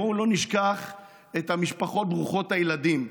בואו לא נשכח את המשפחות ברוכות הילדים,